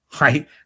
Right